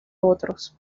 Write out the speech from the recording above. otros